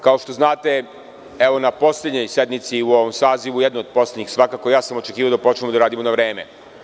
Kao što znate, na poslednjoj sednici u ovom sazivu, jednoj od poslednjih svakako, očekivao sam da počnemo da radimo na vreme.